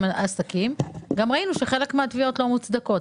העסקים גם ראינו שחלק מהתביעות לא מוצדקות,